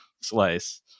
slice